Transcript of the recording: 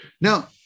Now